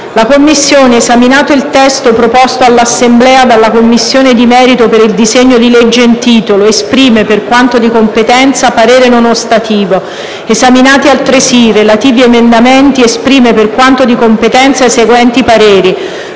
1a Commissione, esaminato il testo proposto all'Assemblea dalla Commissione di merito per il disegno di legge n. 588, esprime, per quanto di competenza, parere non ostativo. Esaminati, altresì, i relativi emendamenti, esprime, per quanto di competenza i seguenti pareri: